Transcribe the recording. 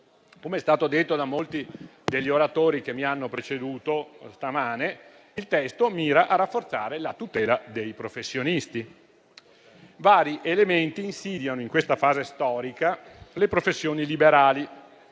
Com'è stato detto da molti degli oratori che mi hanno preceduto stamane, il testo mira a rafforzare la tutela dei professionisti. Vari elementi insidiano in questa fase storica le professioni liberali,